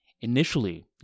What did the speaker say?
Initially